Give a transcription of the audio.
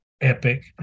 epic